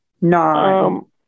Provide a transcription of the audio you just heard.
No